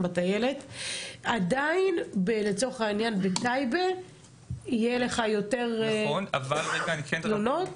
עדיין בטייבה יהיו לך יותר תלונות.